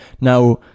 Now